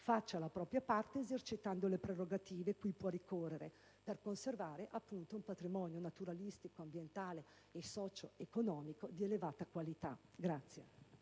faccia la propria parte esercitando le prerogative cui può ricorrere per conservare un patrimonio naturalistico, ambientale e socio-economico di elevata qualità.